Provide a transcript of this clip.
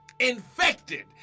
infected